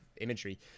imagery